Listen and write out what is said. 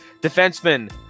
defenseman